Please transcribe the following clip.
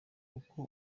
uko